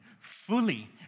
Fully